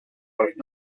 both